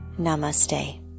Namaste